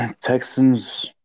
Texans